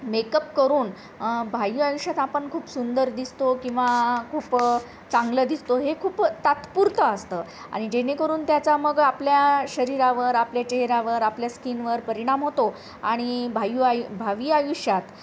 makeup करून बाह्य आयुष्यात आपण खूप सुंदर दिसतो किंवा खूपं चांगलं दिसतो हे खूप तात्पुरतं असतं आणि जेणेकरून त्याचा मग आपल्या शरीरावर आपल्या चेहऱ्यावर आपल्या स्कीनवर परिणाम होतो आणि भायु आयु भावी आयुष्यात